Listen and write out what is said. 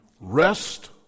rest